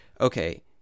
okay